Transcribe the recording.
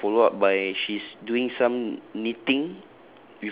uh follow up by she's doing some knitting